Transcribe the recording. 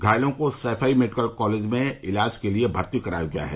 घायलों को सैफई मेडिकल में इलाज के लिए भर्ती कराया गया है